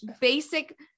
basic